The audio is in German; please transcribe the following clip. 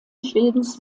schwedens